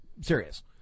serious